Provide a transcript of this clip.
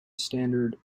standard